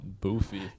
Boofy